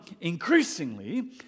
increasingly